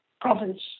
Province